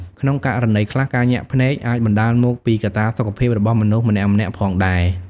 ក្នុងករណីខ្លះ ការញាក់ភ្នែកអាចបណ្ដាលមកពីកត្តាសុខភាពរបស់មនុស្សម្នាក់ៗផងដែរ។